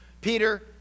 Peter